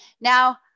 Now